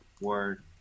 Word